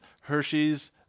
Hershey's